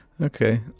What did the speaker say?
Okay